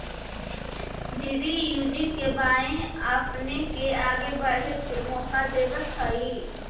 DDUGKY आपपने के आगे बढ़े के मौका देतवऽ हइ